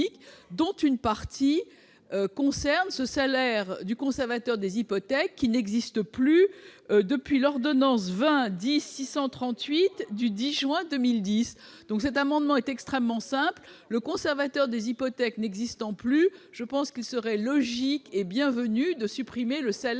dont une partie concerne le salaire du conservateur des hypothèques, qui n'existe plus depuis l'ordonnance n° 2010-638 du 10 juin 2010. L'objet de cet amendement est extrêmement simple : le conservateur des hypothèques n'existant plus, il serait logique et bienvenu de supprimer le salaire